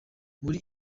muri